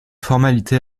formalité